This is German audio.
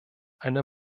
eine